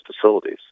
facilities